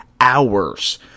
hours